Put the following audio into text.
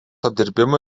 apdirbimo